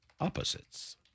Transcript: opposites